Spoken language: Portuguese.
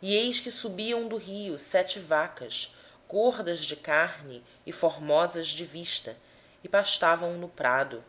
e eis que subiam do rio sete vacas gordas de carne e formosas à vista e pastavam no prado